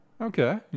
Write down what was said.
Okay